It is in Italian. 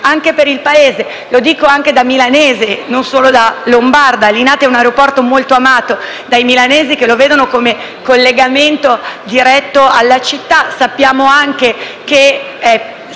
anche per il Paese e lo dico anche da milanese, non solo da lombarda. Linate è un aeroporto molto amato dai milanesi che lo vedono come collegamento diretto alla città. Sappiamo anche che